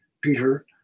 Peter